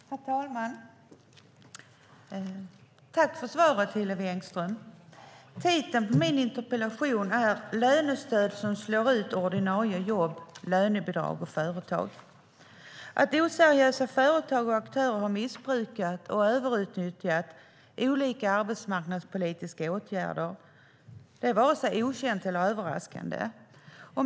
Herr talman! Tack för svaret, Hillevi Engström! Titeln på min interpellation är: Lönestöd som slår ut ordinarie jobb, lönebidrag och företag. Att oseriösa företag och aktörer har missbrukat och överutnyttjat olika arbetsmarknadspolitiska åtgärder är varken okänt eller överraskande.